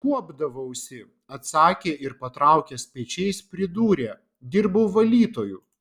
kuopdavausi atsakė ir patraukęs pečiais pridūrė dirbau valytoju